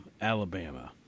Alabama